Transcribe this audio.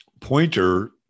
Pointer